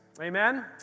Amen